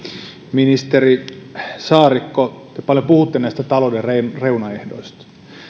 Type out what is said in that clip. ministeri saarikko te paljon puhutte näistä talouden reunaehdoista